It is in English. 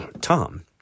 Tom